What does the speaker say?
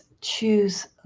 choose